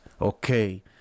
okay